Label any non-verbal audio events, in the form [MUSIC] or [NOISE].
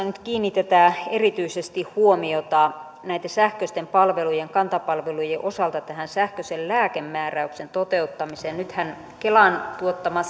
[UNINTELLIGIBLE] nyt kiinnitetään erityisesti huomiota näitten sähköisten palvelujen kanta palvelujen osalta tähän sähköisen lääkemääräyksen toteuttamiseen nythän kelan tuottama [UNINTELLIGIBLE]